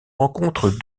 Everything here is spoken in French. rencontre